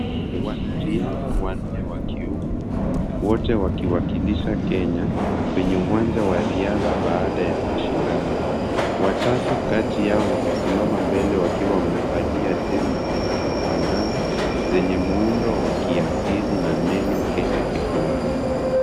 Wanariadha wanne wa kiume wote wakiwakilisha Kenya kwenye uwanja wa riadha baada ya mashindano. Watatu kati yao wamesimama mbele wakiwa wamevalia jezi zinazofanana, zenye muundo wa kiasili na neno Kenya kifuani.